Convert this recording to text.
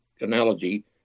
analogy